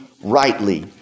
rightly